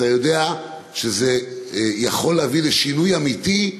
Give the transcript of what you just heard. אתה יודע שזה יכול להביא לשינוי אמיתי,